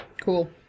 Cool